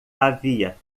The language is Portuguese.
havia